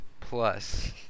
plus